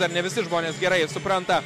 dar ne visi žmonės gerai supranta